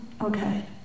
Okay